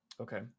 okay